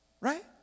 Right